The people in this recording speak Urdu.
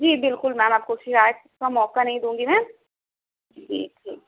جی بالکل میم آپ کو شکایت موقع نہیں دوں گی میم جی ٹھیک